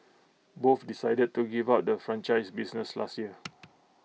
both decided to give up the franchise business last year